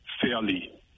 fairly